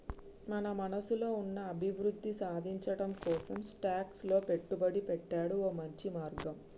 మన మనసులో ఉన్న అభివృద్ధి సాధించటం కోసం స్టాక్స్ లో పెట్టుబడి పెట్టాడు ఓ మంచి మార్గం